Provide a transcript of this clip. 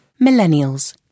Millennials